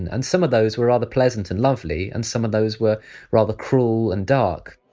and and some of those were rather pleasant and lovely, and some of those were rather cruel and dark